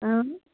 اۭں